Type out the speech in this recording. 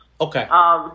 Okay